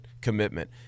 commitment